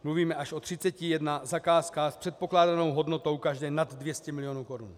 Mluvíme až o 31 zakázkách s předpokládanou hodnotou každé nad 200 milionů korun.